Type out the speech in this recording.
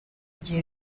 igihe